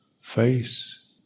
face